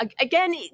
again